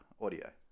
audio